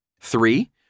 Three